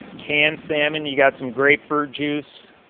canned salmon. you got some grapefruit juice.